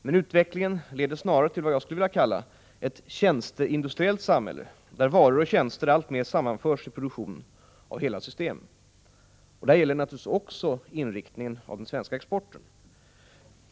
Men utvecklingen leder snarare till vad jag skulle vilja kalla ett tjänsteindustriellt samhälle, där varor och tjänster alltmer sammanförs i produktion av hela system. Det gäller naturligtvis också inriktningen av den svenska exporten.